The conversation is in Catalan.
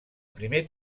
primer